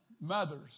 Mothers